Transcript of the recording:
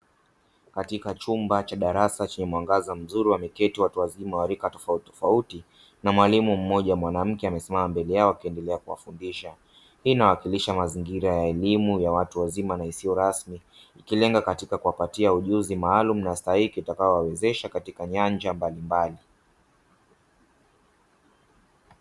Katika chumba cha darasa chenye mwangaza mzuri wameketi watu wazima wa rika tofauti tofauti na mwalimu mmoja mwanamke amesimama mbele yao akiendelea kuwafundisha, hii inawakilisha mazingira ya elimu ya watu wazima na isiyo rasmi ikilenga katika kuwapatia ujuzi maalumu na stahiki itakayowawezesha katika nyanja mbalimbali.